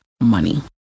money